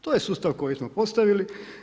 To je sustav koji smo postavili.